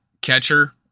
catcher